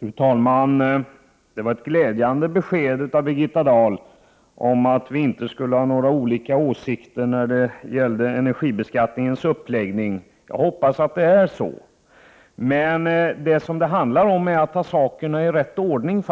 Fru talman! Det var ett glädjande besked från Birgitta Dahl om att vi inte skulle ha olika åsikter när det gällde energibeskattningens uppläggning. Jag hoppas att det är så. Men det handlar faktiskt om att ta sakerna i rätt ordning.